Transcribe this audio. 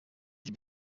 die